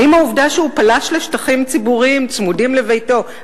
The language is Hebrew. האם העובדה שהוא פלש לשטחים ציבוריים צמודים לביתו,